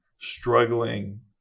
struggling